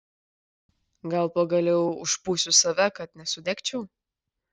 gal pagaliau užpūsiu save kad nesudegčiau